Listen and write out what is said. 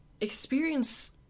experience